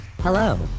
Hello